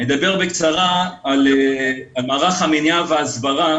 אני אדבר בקצרה על מערך המניעה וההסברה